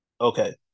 Okay